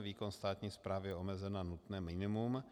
Výkon státní správy je omezen na nutné minimum.